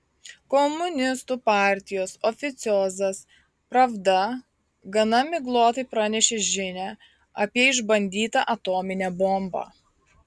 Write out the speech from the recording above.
komunistų partijos oficiozas pravda gana miglotai pranešė žinią apie išbandytą atominę bombą